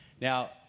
Now